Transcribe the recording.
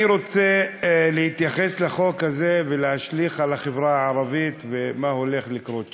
אני רוצה להתייחס לחוק הזה ולהשליך על החברה הערבית ומה הולך לקרות שם.